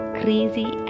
crazy